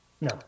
No